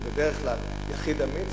בדרך כלל יחיד אמיץ,